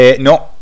No